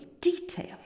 detail